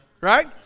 right